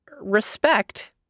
respect